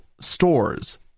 stores